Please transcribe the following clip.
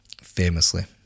famously